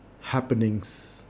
happenings